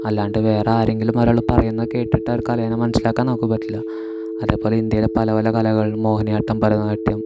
അല്ലാണ്ട് വേറെ ആരെങ്കിലും ഒരാൾ പറയുന്നത് കേട്ടിട്ട് ആ ഒരു കലേനെ മനസ്സിലാക്കാൻ നമുക്ക് പറ്റില്ല അതേപോലെ ഇന്ത്യയിലെ പലപല കലകൾ മോഹിനിയാട്ടം ഭാരതനാട്യം